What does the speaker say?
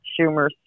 Schumer